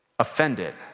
offended